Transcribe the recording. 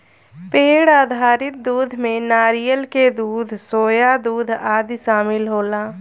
पेड़ आधारित दूध में नारियल के दूध, सोया दूध आदि शामिल होला